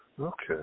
Okay